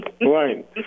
Right